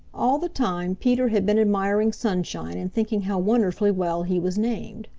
all the time peter had been admiring sunshine and thinking how wonderfully well he was named.